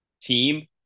team